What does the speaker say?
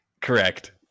Correct